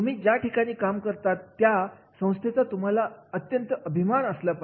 तुम्ही ज्या ठिकाणी काम करतात या संस्थेचा तुम्हाला अत्यंत अभिमान असला पाहिजे